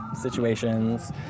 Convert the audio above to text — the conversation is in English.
situations